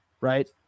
right